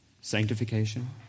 sanctification